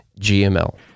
GML